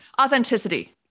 authenticity